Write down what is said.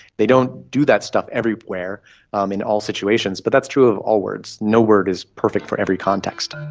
they don't do that stuff everywhere um in all situations, but that's true of all words. no word is perfect for every context.